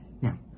Now